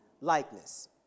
likeness